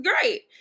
great